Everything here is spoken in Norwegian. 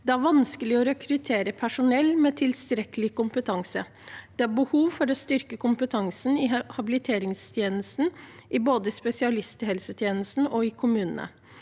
Det er vanskelig å rekruttere personell med tilstrekkelig kompetanse. Det er behov for å styrke kompetansen i habiliteringstjenesten både i spesialisthelsetjenesten og i kommunene.